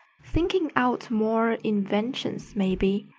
thinking out more inventions, maybe.